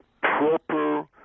proper